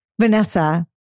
Vanessa